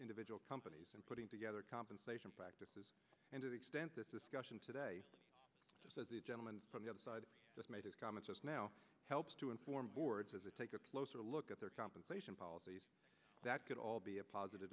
individual companies and putting together compensation practices and to the extent that this question today just as the gentleman from the other side just made a comment just now helps to inform boards as a take a closer look at their compensation policies that could all be a positive